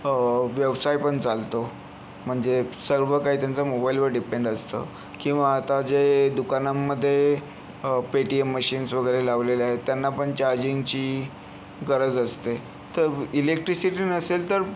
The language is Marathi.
व्यवसाय पण चालतो म्हणजे सर्व काही त्यांचं मोबाईलवर डिपेंड असतं किंवा आता जे दुकानांमध्ये पेटीएम मशिन्स वगैरे लावलेल्या आहेत त्यांना पण चार्जिंगची गरज असते तर इलेक्ट्रिसिटी नसेल तर